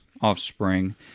offspring